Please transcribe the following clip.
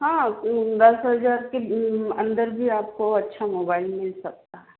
हाँ दस हजार के अन्दर भी आपको अच्छा मोबाइल मिल सकता है